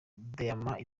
diamant